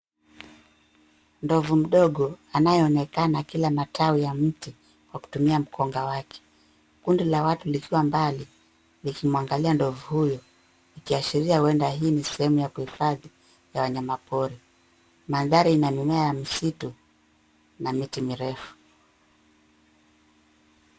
Ndovu mdogo anayeonekana akila matawi ya mti kwa kutumia mkonga wake. Kundi la watu likiwa mbali likimwangalia ndovu huyu ikiashiria ueda ii ni sehemu ya kuhifadhi ya wanyamapori. Mandhari ina mimea ya misitu na miti mirefu.